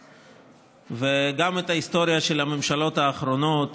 וגם את ההיסטוריה של הממשלות האחרונות